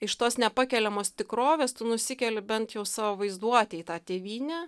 iš tos nepakeliamos tikrovės tu nusikeli bent jau savo vaizduotėj į tą tėvynę